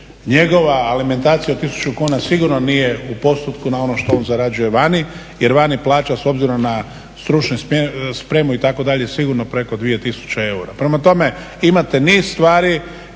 Njegova alimentacija od 1000 kuna sigurno nije u postotku na ono što on zarađuje vani jer vani plaća s obzirom na stručnu spremu, itd. sigurno preko 2000 eura. Prema tome, imate niz stvari